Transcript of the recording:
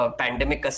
pandemic